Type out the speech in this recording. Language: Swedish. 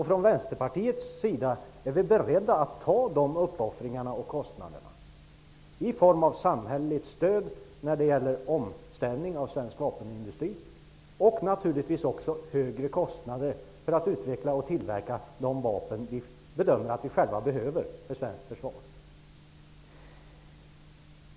Från Vänsterpartiets sida är vi beredda att ta de uppoffringarna och kostnaderna, i form av samhälleligt stöd för omställning av svensk vapenindustri och naturligtvis också högre kostnader för att utveckla och tillverka de vapen vi bedömer att vi behöver för svenskt försvar.